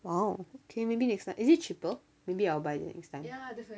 !wow! okay maybe next time is it cheaper maybe I'll buy that next time